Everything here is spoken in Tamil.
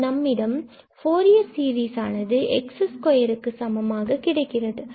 பின்பு நம்மிடம் ஃபூரியர் சீரிஸ் ஆனது x2க்கு சமமாக கிடைக்கிறது